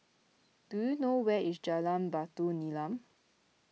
do you know where is Jalan Batu Nilam